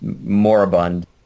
moribund